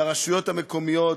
לרשויות המקומיות,